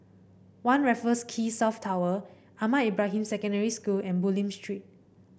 One Raffles Quay South Tower Ahmad Ibrahim Secondary School and Bulim Street